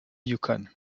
yukon